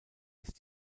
ist